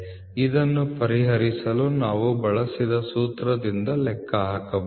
ಇದನ್ನು ಪರಿಹರಿಸಲು ನಾವು ಬಳಸಿದ ಸೂತ್ರದಿಂದ ಲೆಕ್ಕಹಾಕಬಹುದು